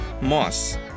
moss